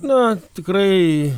na tikrai